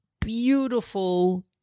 beautiful